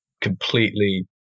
completely